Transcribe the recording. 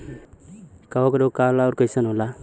कवक रोग का होला अउर कईसन होला?